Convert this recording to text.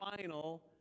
final